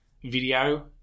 video